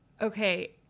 Okay